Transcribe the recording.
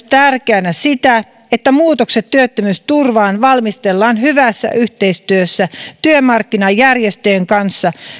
tärkeänä myös sitä että muutokset työttömyysturvaan valmistellaan hyvässä yhteistyössä työmarkkinajärjestöjen kanssa